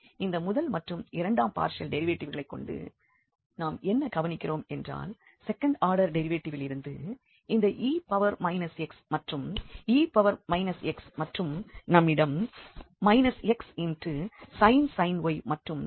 இந்த முதல் மற்றும் இரண்டாம் பார்ஷியல் டெரிவேட்டிவ்களைக் கொண்டு நாம் என்ன கவனிக்கிறோமென்றால் செகண்ட் ஆடர் டெரிவேடிவிலிருந்து இந்த e x மற்றும் e x மற்றும் நம்மிடம் xsin y மற்றும் இங்கே xsin y இருக்கிறது